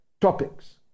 topics